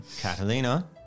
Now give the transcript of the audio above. Catalina